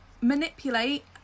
manipulate